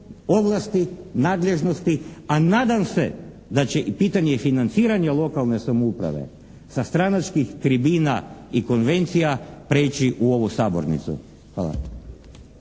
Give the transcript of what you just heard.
ovlasti, nadležnosti a nadam se da će i pitanje financiranja lokalne samouprave sa stranačkih tribina i konvencija prijeći u ovu sabornicu. Hvala.